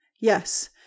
Yes